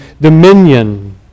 dominion